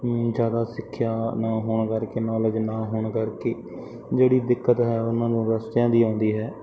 ਜ਼ਿਆਦਾ ਸਿੱਖਿਆ ਨਾ ਹੋਣ ਕਰਕੇ ਨੌਲੇਜ ਨਾ ਹੋਣ ਕਰਕੇ ਜਿਹੜੀ ਦਿੱਕਤ ਹੈ ਉਹਨਾਂ ਨੂੰ ਰਸਤਿਆਂ ਦੀ ਆਉਂਦੀ ਹੈ